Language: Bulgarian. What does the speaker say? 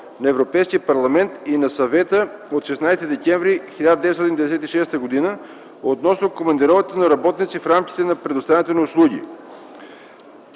на Европейския парламент и на Съвета от 16 декември 1996 г. относно командироването на работници в рамките на предоставянето на услуги.